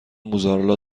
موزارلا